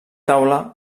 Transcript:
taula